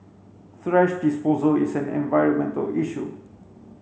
thrash disposal is an environmental issue